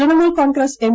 Trinamool Congress M